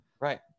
Right